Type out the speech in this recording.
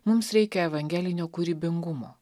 mums reikia evangelinio kūrybingumo